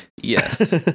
yes